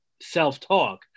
self-talk